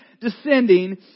descending